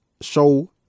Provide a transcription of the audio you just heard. show